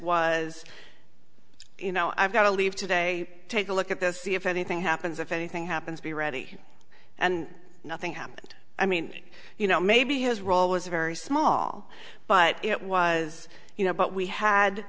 was you know i've got to leave today take a look at this see if anything happens if anything happens be ready and nothing happened i mean you know maybe his role was very small but it was you know but we had